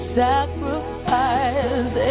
sacrifice